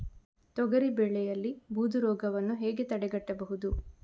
ತೊಗರಿ ಬೆಳೆಯಲ್ಲಿ ಬೂದು ರೋಗವನ್ನು ಹೇಗೆ ತಡೆಗಟ್ಟಬಹುದು?